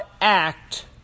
act